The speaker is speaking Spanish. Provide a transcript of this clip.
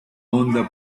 onda